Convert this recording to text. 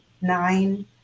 nine